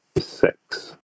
six